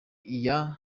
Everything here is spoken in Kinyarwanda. iya